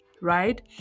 right